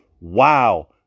wow